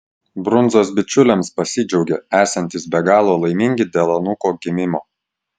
brundzos bičiuliams pasidžiaugė esantys be galo laimingi dėl anūko gimimo